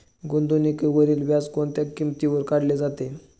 गुंतवणुकीवरील व्याज कोणत्या किमतीवर काढले जाते?